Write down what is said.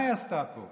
מה היא עשתה פה?